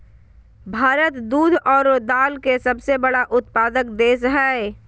भारत दूध आरो दाल के सबसे बड़ा उत्पादक देश हइ